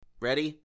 Ready